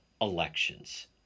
elections